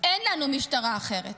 אין לנו משטרה אחרת.